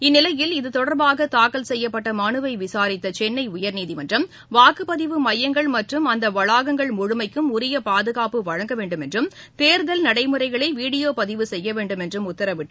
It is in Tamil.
இந்நிலையில் இதுதொடர்பாக தாக்கல் செய்யப்பட்ட மனுவை விசாரித்த சென்னை உயர்நீதிமன்றம் வாக்குப்பதிவு மையங்கள் மற்றும் அந்த வளாகங்கள் முழுமைக்கும் உரிய பாதுகாப்பு வழங்க வேண்டும் என்றும் தேர்தல் நடைமுறைகளை வீடியோ பதிவு செய்ய வேண்டும் என்றும் உத்தரவிட்டு